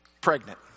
pregnant